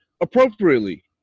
appropriately